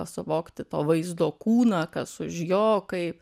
suvokti to vaizdo kūną kas už jo kaip